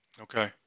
Okay